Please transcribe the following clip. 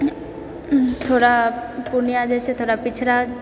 थोड़ा पूर्णिया जे छै थोड़ा पिछड़ा